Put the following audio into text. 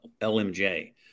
LMJ